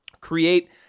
Create